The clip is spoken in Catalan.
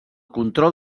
control